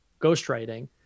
ghostwriting